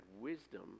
wisdom